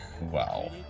Wow